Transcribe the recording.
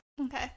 Okay